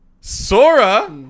sora